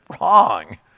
Wrong